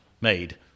made